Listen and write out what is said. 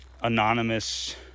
anonymous